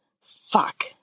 Fuck